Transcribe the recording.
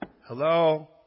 hello